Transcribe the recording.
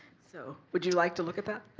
so, would you like to look at that?